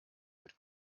mit